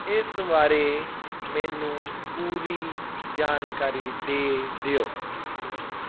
ਇਸ ਬਾਰੇ ਮੈਨੂੰ ਪੂਰੀ ਜਾਣਕਾਰੀ ਦੇ ਦਿਓ